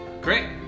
Great